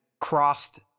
crossed